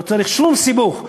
לא צריך שום סיבוך.